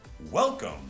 welcome